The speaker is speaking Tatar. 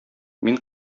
мин